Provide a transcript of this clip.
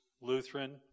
Lutheran